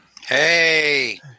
Hey